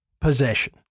possession